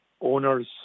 owners